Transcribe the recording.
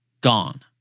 gone